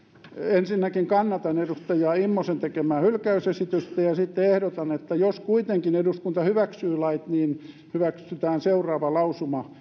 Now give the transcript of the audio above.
ensinnäkin kannatan edustaja immosen tekemää hylkäysesitystä ja sitten ehdotan että jos kuitenkin eduskunta hyväksyy lait niin hyväksytään seuraava lausuma